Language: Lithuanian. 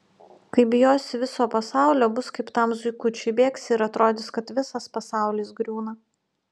kai bijosi viso pasaulio bus kaip tam zuikučiui bėgsi ir atrodys kad visas pasaulis griūna